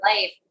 life